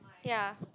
ya